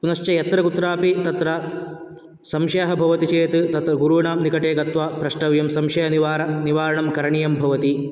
पुनश्च यत्र कुत्रापि तत्र संशयः भवति चेत् तत्र गुरूणां निकटे गत्वा प्रष्टव्यं संशयनिवार निवारणं करणीयं भवति